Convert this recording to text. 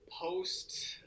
post